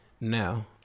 Now